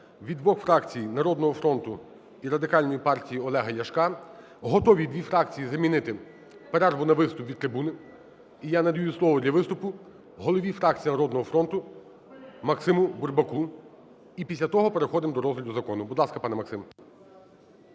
від двох фракцій – "Народного фронту" і Радикальної партії Олега Ляшка. Готові дві фракції замінити перерву на виступ від трибуни. І я надаю слово для виступу голові фракції "Народного фронту" Максиму Бурбаку, і після того переходимо до розгляду закону. Будь ласка, пане Максим.